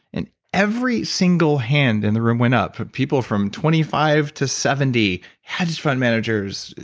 and every single hand in the room went up, people from twenty five to seventy hedge fund managers,